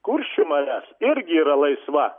kuršių marias irgi yra laisva